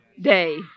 day